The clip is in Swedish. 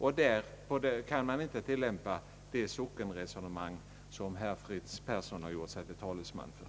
Beträffande dem kan man inte tillämpa det »sockentänkande» som herr Fritz Persson gjort sig till talesman för.